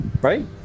right